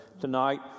tonight